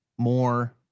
more